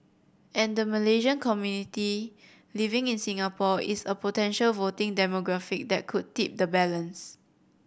and the Malaysian community living in Singapore is a potential voting demographic that could tip the balance